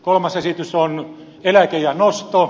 kolmas esitys on eläkeiän nosto